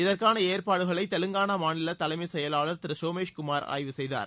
இதற்கானஏற்பாடுகளைதெலங்கானாமாநிலதலைமைசெயலாளர் திருசோமேஷ்குமார் ஆய்வு செய்தார்